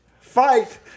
fight